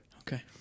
Okay